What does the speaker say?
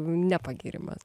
ne pagyrimas